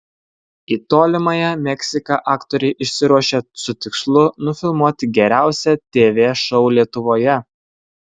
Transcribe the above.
į tolimąją meksiką aktoriai išsiruošė su tikslu nufilmuoti geriausią tv šou lietuvoje